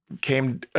came